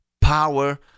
power